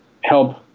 help